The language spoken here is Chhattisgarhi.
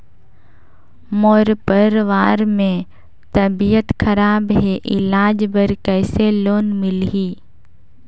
मोर परवार मे तबियत खराब हे इलाज बर कइसे लोन मिलही?